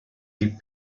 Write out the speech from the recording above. les